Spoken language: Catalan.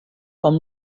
com